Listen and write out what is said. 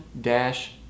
dash